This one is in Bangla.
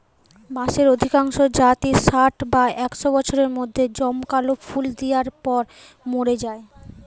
বাঁশের অধিকাংশ জাতই ষাট বা একশ বছরের মধ্যে জমকালো ফুল দিয়ার পর মোরে যায়